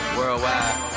Worldwide